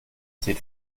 sieht